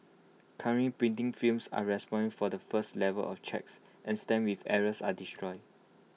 currently printing firms are responsible for the first level of checks and stamps with errors are destroyed